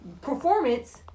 performance